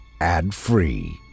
ad-free